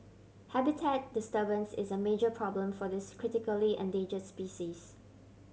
habitat disturbance is a major problem for this critically endanger species